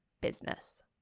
business